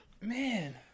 man